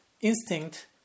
instinct